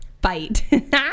bite